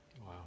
Wow